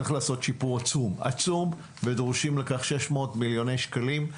צריך לעשות שיפור עצום ודרושים לכך 600 מיליוני שקלים.